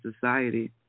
society